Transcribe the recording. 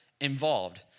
involved